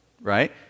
right